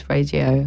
Radio